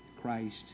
Christ